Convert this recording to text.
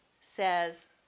says